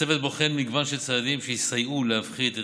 הצוות בוחן מגוון של צעדים שיסייעו להפחית את